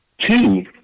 two